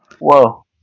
Whoa